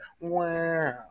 Wow